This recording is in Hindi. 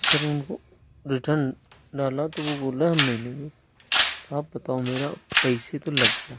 सर उनको रिटर्न डाला तो वह बोला हम नहीं लेंगे आप बताओ मेरा पैसे तो लग गया